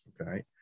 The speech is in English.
okay